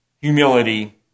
humility